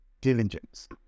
Diligence